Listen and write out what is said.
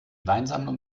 weinsammlung